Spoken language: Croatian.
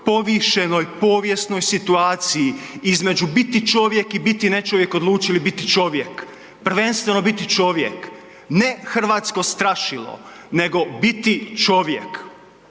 povišenoj povijesnoj situaciji između biti čovjek i biti ne čovjek odlučili biti čovjek, prvenstveno biti čovjek, ne hrvatsko strašilo nego biti čovjek.